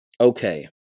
Okay